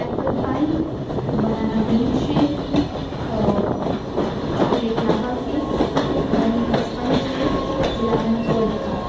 apple pie banana milkshake chocolate lava cake vanilla sponge cake lemon curd cart